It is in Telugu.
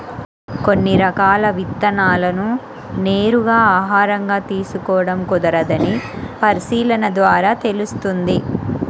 కొన్ని రకాల విత్తనాలను నేరుగా ఆహారంగా తీసుకోడం కుదరదని పరిశీలన ద్వారా తెలుస్తుంది